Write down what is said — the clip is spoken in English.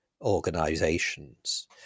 organizations